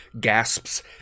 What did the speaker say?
gasps